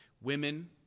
Women